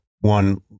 one